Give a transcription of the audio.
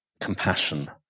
compassion